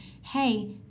Hey